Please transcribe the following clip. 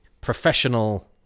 professional